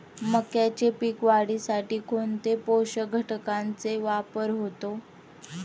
मक्याच्या पीक वाढीसाठी कोणत्या पोषक घटकांचे वापर होतो?